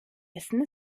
essen